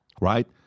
right